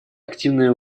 активное